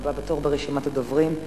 הבא בתור ברשימת הדוברים,